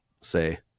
say